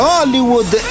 Hollywood